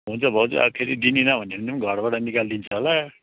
हुन्छ भाउजू अब फेरि दिँदिनँ भन्यो भने घरबाट निकाली दिन्छ होला